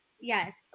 Yes